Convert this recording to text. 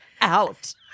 out